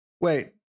Wait